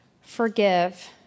forgive